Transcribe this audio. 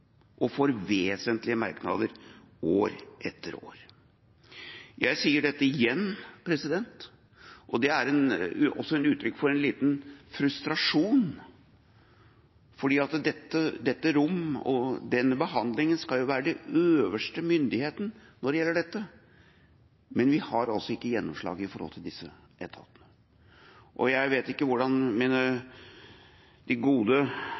og at de får vesentlige merknader år etter år. Jeg sier dette igjen, og det er også et uttrykk for en liten frustrasjon, for dette rom og denne behandlinga skal jo være den øverste myndigheten når det gjelder dette. Men vi har altså ikke gjennomslag med hensyn til disse etatene. Jeg vet ikke hvordan de gode